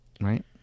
right